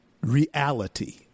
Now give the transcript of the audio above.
reality